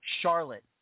Charlotte